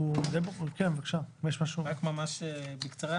רק ממש בקצרה,